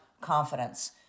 confidence